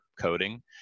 coding